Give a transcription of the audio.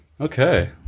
Okay